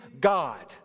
God